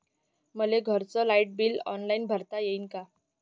मले घरचं light bill online भरता येईन का?